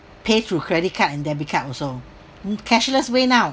pay through credit card and debit card also cashless way now